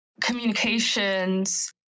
communications